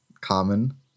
common